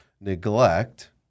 neglect